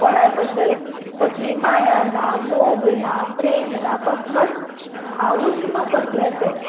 कोणा बद्दल कसली माया ना मोग ना प्रेम ना कसलोच भावूत ना कसल्याचो